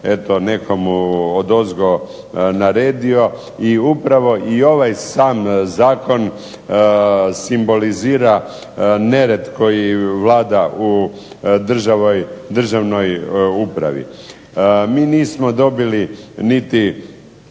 nekomu odozgo naredio. I upravo i ovaj sam zakon simbolizira nered koji vlada u državnoj upravi. Mi nismo dobili niti